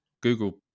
Google